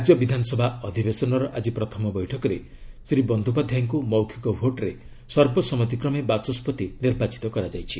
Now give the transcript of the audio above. ରାଜ୍ୟ ବିଧାନସଭା ଅଧିବେଶନର ଆଜି ପ୍ରଥମ ବୈଠକରେ ଶ୍ରୀ ବନ୍ଦୋପାଧ୍ୟାୟଙ୍କୁ ମୌଖିକ ଭୋଟ୍ରେ ସର୍ବସମ୍ମତିକ୍ରମେ ବାଚସ୍କତି ନିର୍ବାଚିତ କରାଯାଇଛି